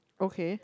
okay